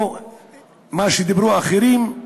או מה שדיברו אחרים,